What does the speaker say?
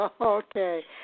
Okay